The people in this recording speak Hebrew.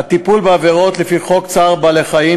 הטיפול בעבירות לפי חוק צער בעלי-חיים